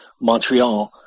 Montreal